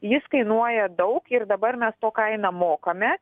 jis kainuoja daug ir dabar mes to kainą mokame